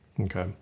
Okay